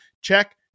Check